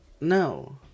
No